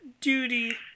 duty